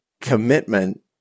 commitment